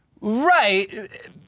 Right